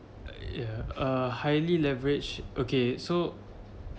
ya a highly leverage okay so